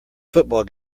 football